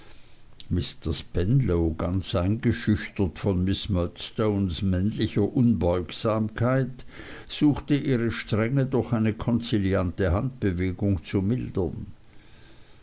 spenlow ganz eingeschüchtert von miß murdstones männlicher unbeugsamkeit suchte ihre strenge durch eine konziliante handbewegung zu mildern